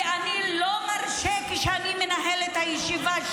ואני לא מרשה שתתבטאו בצורה כזו כשאני מנהל את הישיבה.